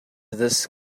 this